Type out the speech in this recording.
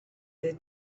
their